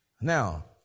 Now